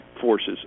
forces